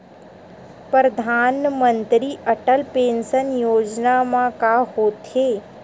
परधानमंतरी अटल पेंशन योजना मा का होथे?